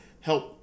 help